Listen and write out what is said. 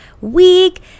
week